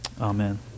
Amen